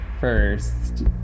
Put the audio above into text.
first